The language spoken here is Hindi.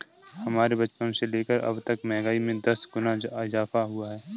हमारे बचपन से लेकर अबतक महंगाई में दस गुना इजाफा हुआ है